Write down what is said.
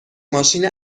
ماشین